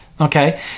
okay